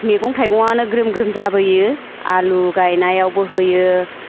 मैगं थाइगङानो ग्रोम ग्रोम जाबोयो आलु गायनायावबो होयो